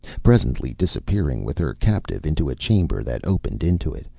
presently disappearing with her captive into a chamber that opened into it,